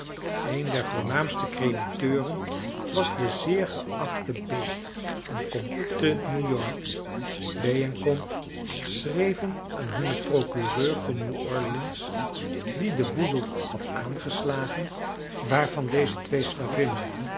een der voornaamste crediteuren was de zeer geachte b en comp te new-york b en comp schreven aan hunnen procureur te new-orleans die den boedel had aangeslagen waarvan deze twee